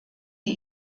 die